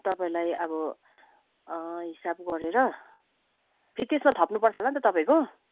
तपाईँलाई अब हिसाब गरेर फेरि त्यसमा थप्नुपर्छ होला नि त तपाईँको